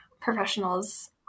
professionals